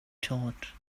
thought